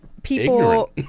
people